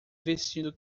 vestindo